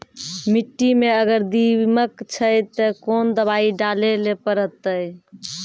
मिट्टी मे अगर दीमक छै ते कोंन दवाई डाले ले परतय?